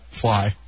fly